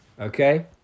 Okay